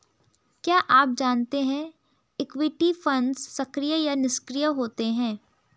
क्या आप जानते है इक्विटी फंड्स सक्रिय या निष्क्रिय होते हैं?